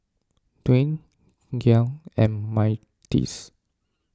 Dawne Gia and Myrtis